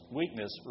weakness